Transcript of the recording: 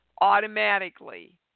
automatically